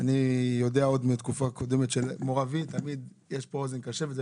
אני יודע עוד מתקופה קודמת, תמיד יש פה אוזן קשבת.